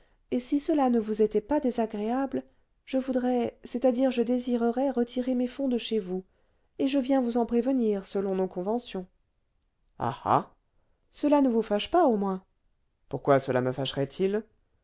et si cela ne vous était pas désagréable je voudrais c'est-à-dire je désirerais retirer mes fonds de chez vous et je viens vous en prévenir selon nos conventions ah ah cela ne vous fâche pas au moins pourquoi cela me fâcherait il